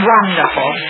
Wonderful